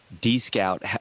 D-Scout